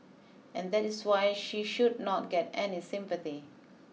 and that is why she should not get any sympathy